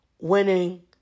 winning